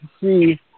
see